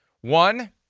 one